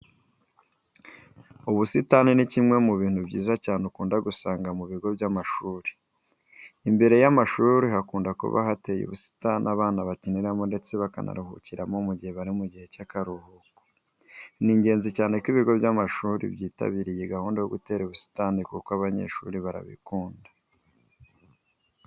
Ubusitani ni kimwe mu bintu byiza cyane ukunda gusanga mu bigo by'amashuri. Imbere y'amashuri hakunda kuba hateye ubusitani abana bakiniramo ndetse bakanaruhukiramo igihe bari mu gihe cy'akaruhuko. Ni ingenzi cyane ko ibigo byitabira iyi gahunda yo gutera ubusitani kuko abanyeshuri barabikunda.